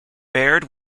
baird